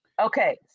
Okay